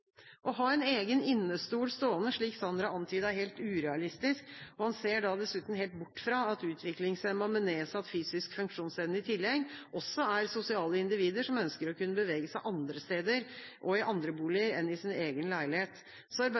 Å ha en egen innestol stående, slik Sanner har antydet, er helt urealistisk. Han ser da dessuten helt bort fra at utviklingshemmede med nedsatt fysisk funksjonsevne i tillegg også er sosiale individer, som ønsker å kunne bevege seg andre steder og i andre boliger enn i sin egen leilighet. Så